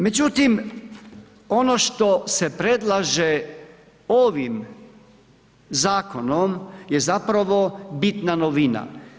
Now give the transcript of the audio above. Međutim, ono što se predlaže ovim zakonom je zapravo bitna novina.